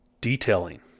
Detailing